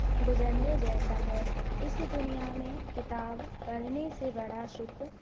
गुज़रने जैसा है इस दुनिया में किताब पढ़ने से बड़ा सुख